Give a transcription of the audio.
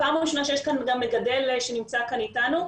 פעם ראשונה שיש מגדל שנמצא כאן אתנו.